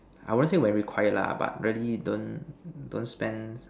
I won't say when required lah but really don't don't spend